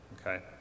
Okay